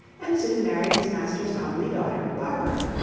and soon married his master's comely daughter, barbara.